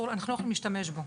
אנחנו לא יכולים להשתמש בו,